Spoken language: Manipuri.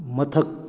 ꯃꯊꯛ